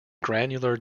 granular